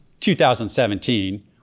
2017